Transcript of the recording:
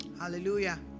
Hallelujah